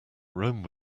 rome